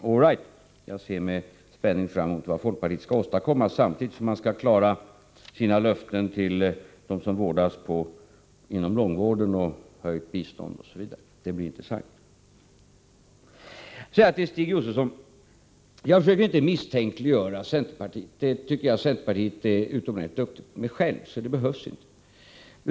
All right, jag ser med spänning fram emot vad folkpartiet skall åstadkomma samtidigt som man skall klara sina löften till dem som vårdas inom långvården, sina löften om höjt bistånd osv. Det blir intressant. Till Stig Josefson vill jag säga: Jag försöker inte misstänkliggöra centerpartiet — det tycker jag att centerpartisterna själva är utomordentligt duktiga på att göra, så det behövs inte.